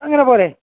അങ്ങനെ പോരെ